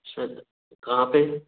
sir कहाँ पर